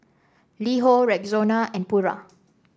LiHo Rexona and Pura